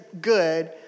good